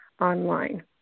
online